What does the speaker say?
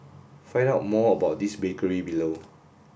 find out more about this bakery below